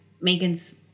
Megan's